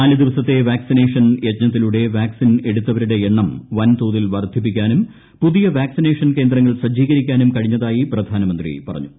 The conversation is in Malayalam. നാല് ദിവസത്തെ വാക്സിനേഷൻ യജ്ഞത്തിലൂടെ വാക്സിൻ എടുത്തവരുടെ എണ്ണം വൻതോതിൽ വർദ്ധിപ്പിക്കാനും പുതിയ വാക്സിനേഷൻ കേന്ദ്രങ്ങൾ സജ്ജീകരിക്കാനും കഴിഞ്ഞതായി പ്രധാനമന്ത്രി പറഞ്ഞു